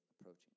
approaching